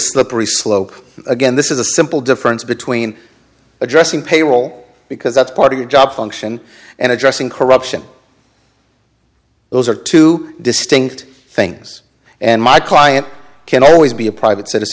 slippery slope again this is a simple difference between addressing payroll because that's part of your job function and addressing corruption those are two distinct things and my client can always be a private